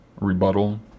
rebuttal